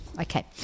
okay